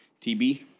TB